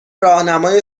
راهنمای